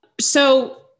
So-